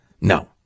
No